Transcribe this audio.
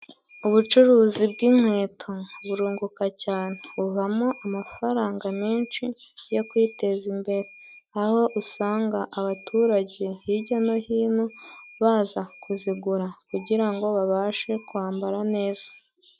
Ubucuruzi bw'inkweto burunguka cyane bubamo amafaranga menshi yo kwiteza imbere, aho usanga abaturage hijya no hino baza kuzigura kugira ngo babashe kwambara neza.